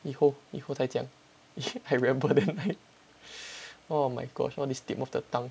以后以后再讲 I remember then I oh my gosh all these tip of the tongue